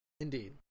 Indeed